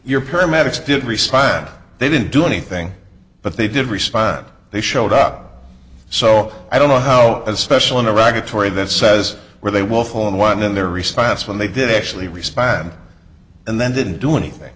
respond they didn't do anything but they did respond they showed up so i don't know how especially in iraq a tory that says where they will fall in line in their response when they did actually respond and then didn't do anything